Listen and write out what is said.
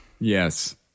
Yes